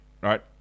right